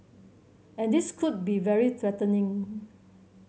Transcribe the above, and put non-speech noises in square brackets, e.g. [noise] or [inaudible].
and this could be very [unintelligible]